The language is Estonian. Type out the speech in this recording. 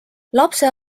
lapse